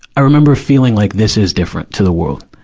i remember feeling like this is different to the world.